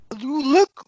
look